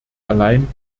allein